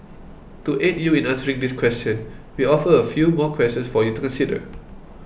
to aid you in answering this question we offer a few more questions for you to consider